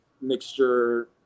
mixture